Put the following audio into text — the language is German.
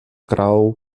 grau